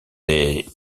des